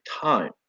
time